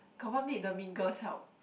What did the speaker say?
confirm need the mingles help